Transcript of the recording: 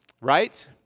right